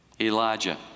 Elijah